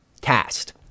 cast